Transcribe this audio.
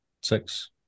six